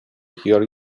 hear